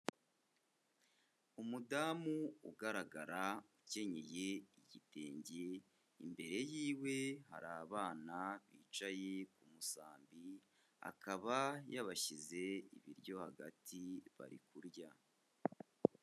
Umudamu ugaragara ukenyeye igitenge, imbere y'iwe hari abana bicaye ku musambi, akaba yabashyize ibiryo hagati bari kurya.